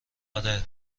آره